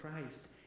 Christ